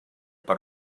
per